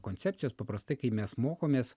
koncepcijos paprastai kai mes mokomės